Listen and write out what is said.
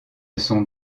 sont